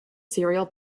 serial